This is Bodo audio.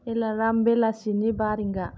एलाराम बेलासिनि बा रिंगा